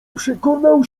przekonał